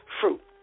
fruit